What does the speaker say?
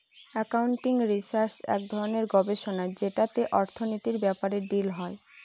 accounting research এক ধরনের গবেষণা যেটাতে অর্থনীতির ব্যাপারে ডিল হয়